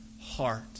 heart